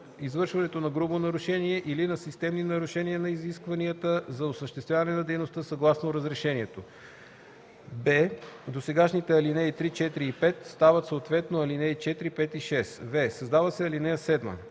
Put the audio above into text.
извършването на грубо нарушение или на системни нарушения на изискванията за осъществяване на дейността съгласно разрешението.”; б) досегашните ал. 3, 4 и 5 стават съответно ал. 4, 5 и 6; в) създава се ал. 7: